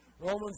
Romans